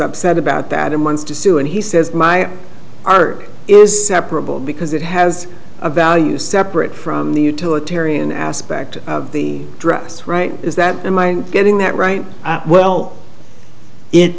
upset about that and wants to sue and he says my art is separable because it has a value separate from the utilitarian aspect of the dress right is that in my getting that right well it